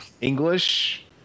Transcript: English